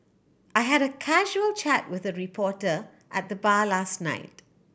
I had a casual chat with a reporter at the bar last night